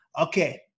Okay